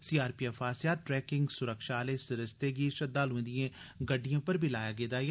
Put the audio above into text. CRPF आसेआ tracking सुरक्षा आह्ले इस सरिस्ते गी श्रद्वालुएं दिएं गड्डिएं पर बी लाया गेदा ऐ